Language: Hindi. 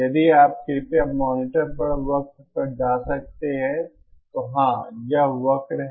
यदि आप कृपया मॉनिटर पर वक्र पर जा सकते हैं तो हाँ यह वक्र है